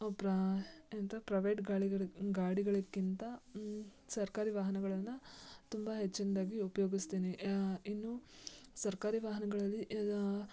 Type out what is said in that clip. ಎಂಥ ಪ್ರೈವೆಟ್ ಗಾಡಿಗಳು ಗಾಡಿಗಳಿಗಿಂತ ಸರ್ಕಾರಿ ವಾಹನಗಳನ್ನು ತುಂಬ ಹೆಚ್ಚಿನದ್ದಾಗಿ ಉಪಯೋಗಿಸ್ತೀನಿ ಇನ್ನೂ ಸರ್ಕಾರಿ ವಾಹನಗಳಲ್ಲಿ